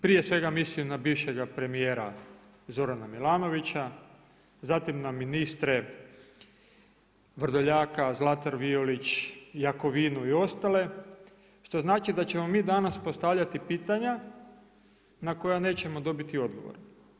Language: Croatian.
Prije svega mislim na bivšega premijera Zorana Milanovića, zatim na ministre Vrdoljaka, Zlatar Violić, Jakovinu i ostale što znači da ćemo mi danas postavljati pitanja na koja nećemo dobiti odgovor.